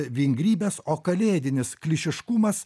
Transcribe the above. vingrybes o kalėdinis klišiškumas